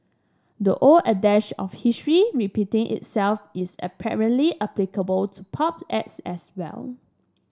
the old adage of history repeating itself is apparently applicable to pop acts as well